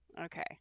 okay